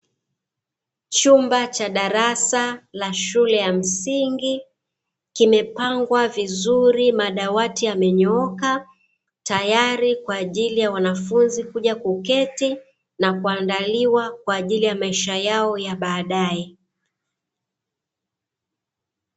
Chumba cha darasa la shule ya msingi, kimepangwa vizuri, madawati yamenyooka, tayari kwa ajili ya wanafunzi kuja kuketi na kuandaliwa kwa ajili ya maisha yao yaa baadae.